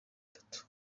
itatu